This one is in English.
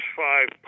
five